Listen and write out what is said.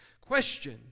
Question